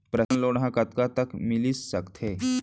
Personal loan ह कतका तक मिलिस सकथे?